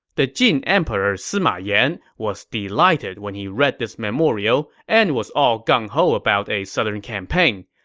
the jin emperor sima yan was delighted when he read this memorial and was all gung ho about a southern campaign.